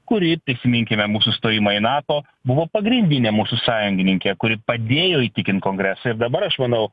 kuri prisiminkime mūsų stojimą į nato buvo pagrindinė mūsų sąjungininkė kuri padėjo įtikint kongresą ir dabar aš manau